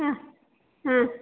ஆ ஆ